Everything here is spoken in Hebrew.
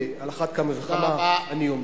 ועל אחת כמה וכמה אני אומר.